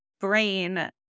brain